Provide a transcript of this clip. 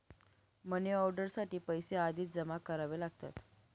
money order साठी पैसे आधीच जमा करावे लागतात